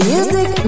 Music